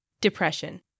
depression